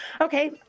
Okay